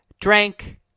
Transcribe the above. drank